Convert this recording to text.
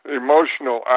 emotional